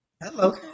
Hello